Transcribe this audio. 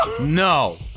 No